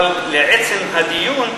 אבל לעצם הדיון,